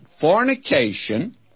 fornication